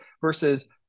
versus